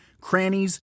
crannies